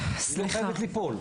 היא לא חייבת ליפול.